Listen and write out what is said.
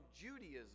Judaism